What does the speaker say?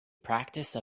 practice